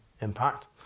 impact